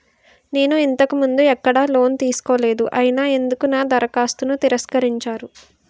నేను ఇంతకు ముందు ఎక్కడ లోన్ తీసుకోలేదు అయినా ఎందుకు నా దరఖాస్తును తిరస్కరించారు?